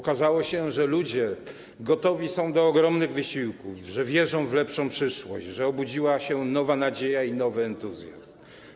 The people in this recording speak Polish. Okazało się, że ludzie gotowi są do ogromnych wysiłków, że wierzą w lepszą przyszłość, że obudziła się nowa nadzieja i nowy entuzjazm.